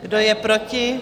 Kdo je proti?